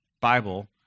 Bible